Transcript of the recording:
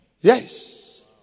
Yes